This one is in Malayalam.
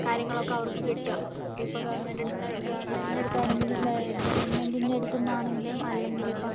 കാര്യങ്ങളൊക്കെ അവർക്ക് കിട്ടും ഇപ്പോൾ ഗവൺമെന്റിന്റെ അടുത്ത് നിന്ന് ഗവൺമെന്റിന്റെ അടുത്താണെങ്കിലും ഗവൺമെന്റിന്റെ അടുത്ത് നിന്നാണെങ്കിലും അല്ലെങ്കിലും ഇപ്പോൾ